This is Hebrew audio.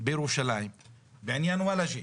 בירושלים בעניין וולג'ה,